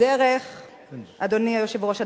אדוני היושב-ראש,